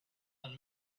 and